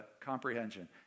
comprehension